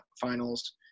finals